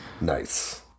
Nice